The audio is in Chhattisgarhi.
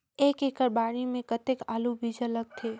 एक एकड़ बाड़ी मे कतेक आलू बीजा लगथे?